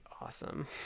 awesome